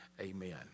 Amen